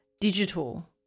digital